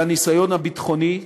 לניסיון הביטחוני,